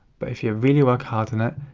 but if you really work hard on it,